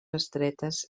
estretes